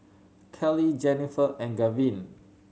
Keli Jenifer and Gavyn